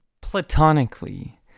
Platonically